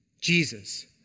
Jesus